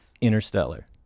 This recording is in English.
interstellar